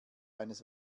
eines